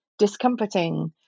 discomforting